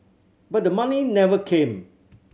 but the money never came